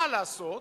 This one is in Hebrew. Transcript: מה לעשות,